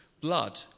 blood